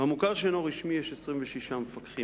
במוכר שאינו רשמי יש 26 מפקחים.